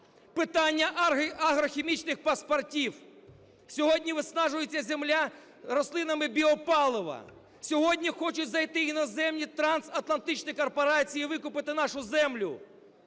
питання агрохімічних паспортів. Сьогодні виснажується земля рослинами біопалива, сьогодні хочуть зайти іноземні трансатлантичні корпорації і викупити нашу землю.